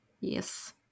Yes